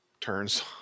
turns